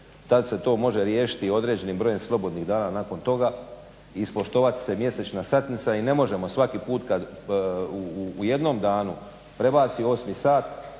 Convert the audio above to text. Tad se to može riješiti određenim brojem slobodnih dana nakon toga i ispoštovat se mjesečna satnica. I ne možemo svaki put kad u jednom danu prebaci osmi sat,